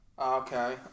Okay